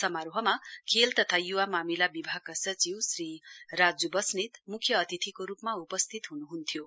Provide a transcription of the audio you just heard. समारोहमा खेल तथा य्वा मामिला विभागका सचिव श्री राजू बस्नेत म्ख्य अतिथिको रूपमा उपस्थित हुनुहुन्थ्यो